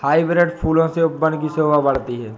hybrid फूलों से उपवन की शोभा बढ़ती है